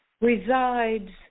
resides